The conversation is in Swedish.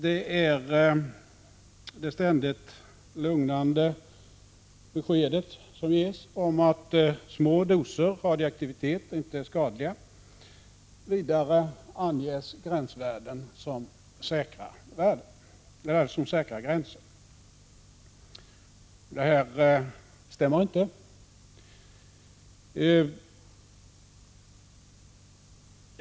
Det ges ständigt ett lugnande besked om att små doser radioaktivitet inte är skadliga. Vidare anges gränsvärden som säkra. Detta stämmer inte.